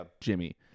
Jimmy